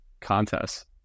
contests